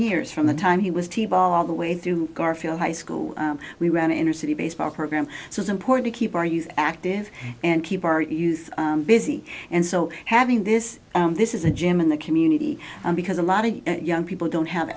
years from the time he was t v all the way through garfield high school we ran inner city baseball program so it's important to keep our youth active and keep our youth busy and so having this this is a gym in the community because a lot of young people don't have